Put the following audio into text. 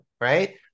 right